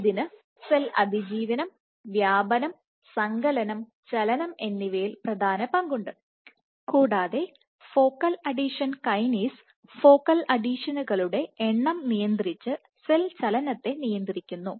ഇതിന് സെൽ അതിജീവനം വ്യാപനം സങ്കലനം ചലനം എന്നിവയിൽ പ്രധാന പങ്കുണ്ട് കൂടാതെ ഫോക്കൽ അഡീഷൻ കൈനേസ് ഫോക്കൽ അഡീഷനുകളുടെ എണ്ണം നിയന്ത്രിച്ച് സെൽ ചലനത്തെ നിയന്ത്രിക്കുന്നു